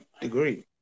degree